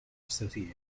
associated